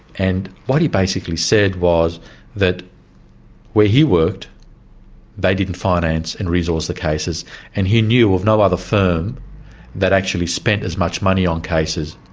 and what he basically said was that where he worked they didn't finance and resource the cases and he knew of no other firm that actually spent as much money on cases.